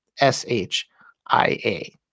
S-H-I-A